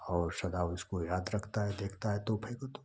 और सदा उसको याद रखता है देखता है तोहफे को तो